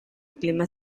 clima